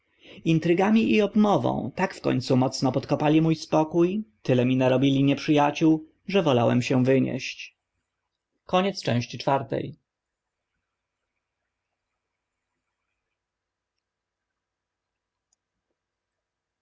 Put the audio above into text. i obmową tak w końcu mocno podkopali mó spokó tylu mi narobili nieprzy aciół że wolałem się wynieść